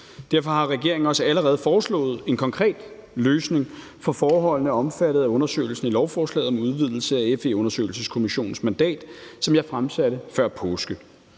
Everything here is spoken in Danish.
Derfor har regeringen også allerede foreslået en konkret løsning for forholdene omfattet af undersøgelsen i lovforslaget om udvidelse af FE-undersøgelseskommissionens mandat, som jeg fremsatte før påske.